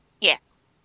Yes